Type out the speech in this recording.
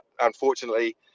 unfortunately